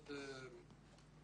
כולם משחקים.